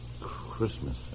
Christmas